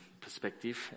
perspective